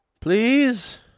Please